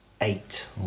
Eight